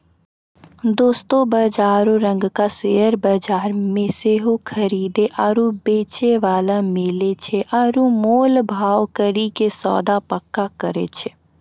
दोसरो बजारो रंगका शेयर बजार मे सेहो खरीदे आरु बेचै बाला मिलै छै आरु मोल भाव करि के सौदा पक्का करै छै